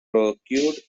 procured